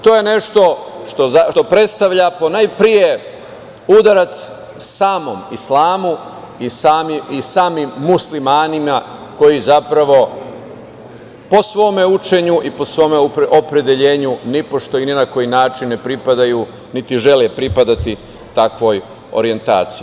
To je nešto što predstavlja najpre udarac samom islamu i samim Muslimanima koji po svom učenju i po svome opredelenju nipošto i ni na koji način ne pripadaju niti žele pripadati takvoj orjentaciji.